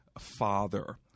father